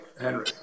Henry